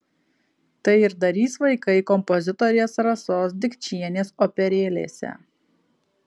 tai ir darys vaikai kompozitorės rasos dikčienės operėlėse